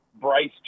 Bryce